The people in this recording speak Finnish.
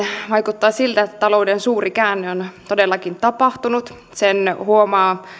vaikuttaa siltä että talouden suuri käänne on todellakin tapahtunut sen huomaa